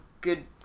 good